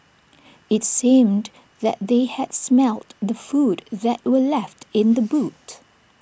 IT seemed that they had smelt the food that were left in the boot